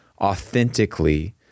authentically